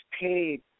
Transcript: paid